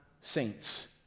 saints